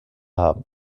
haben